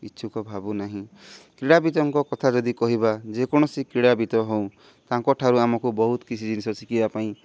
ଇଚ୍ଛୁକ ଭାବୁ ନାହିଁ କ୍ରୀଡ଼ାବିତଙ୍କ କଥା ଯଦି କହିବା ଯେକୌଣସି କ୍ରୀଡ଼ାବିତ ହଉ ତାଙ୍କ ଠାରୁ ଆମକୁ ବହୁତ କିଛି ଜିନିଷ ଶିଖିବା ପାଇଁ